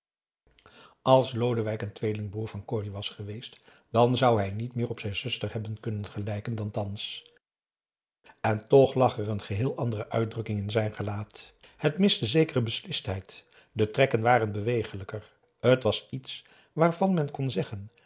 als lodewijk een tweelingbroêr van corrie was geweest dan zou hij niet meer op zijn zuster hebben kunnen gelijken dan thans en toch lag er een geheel andere uitdrukking in zijn gelaat het miste zekere beslistheid de trekken waren beweeglijker het was iets waarvan men kon zeggen